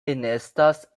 enestas